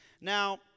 Now